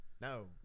No